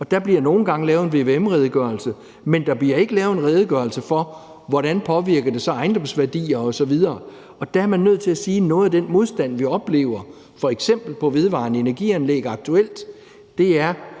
Der bliver nogle gange lavet en vvm-redegørelse, men der bliver ikke lavet en redegørelse for, hvordan det så påvirker ejendomsværdier osv., og der er man nødt til at sige, at noget af den modstand, vi oplever, f.eks. mod vedvarende energi-anlæg, aktuelt – man